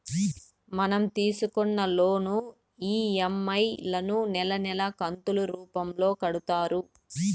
మనం తీసుకున్న loan EMI లను నెలా నెలా కంతులు రూపంలో కడతారు